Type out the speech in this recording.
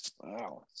Wow